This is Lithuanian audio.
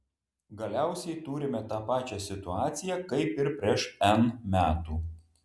galiausiai turime tą pačią situaciją kaip ir prieš n metų